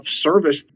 service